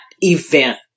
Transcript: event